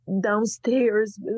downstairs